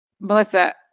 Melissa